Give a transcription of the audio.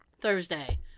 Thursday